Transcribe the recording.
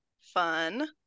fun